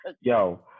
Yo